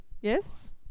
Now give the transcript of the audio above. yes